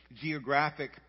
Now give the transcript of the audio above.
geographic